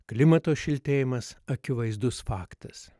klimato šiltėjimas akivaizdus faktas